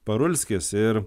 parulskis ir